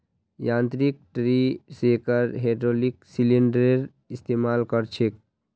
यांत्रिक tree shaker hydraulic सिलिंडरेर इस्तेमाल कर छे